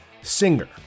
singer